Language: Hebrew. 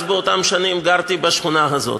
אז, באותן שנים, גרתי בשכונה הזאת.